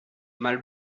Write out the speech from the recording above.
mal